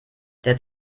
der